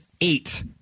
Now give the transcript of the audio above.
eight